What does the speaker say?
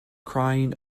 crying